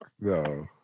No